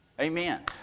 Amen